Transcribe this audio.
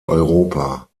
europa